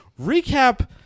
Recap